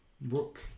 Rook